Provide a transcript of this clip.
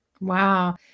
Wow